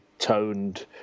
toned